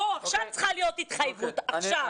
עכשיו צריכה להיות התחייבות, עכשיו.